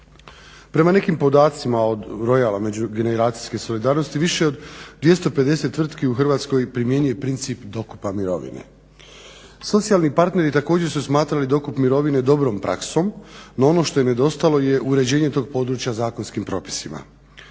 Prema nekim podacima od rojala međugeneracijske solidarnosti više od 250 tvrtki u Hrvatskoj primjenjuje princip dokupa mirovine. Socijalni partneri također su smatrali dokup mirovine dobrom praksom no ono što je nedostajalo je uređenje tog područja zakonskim propisima.